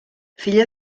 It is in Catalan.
filla